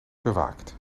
bewaakt